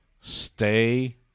stay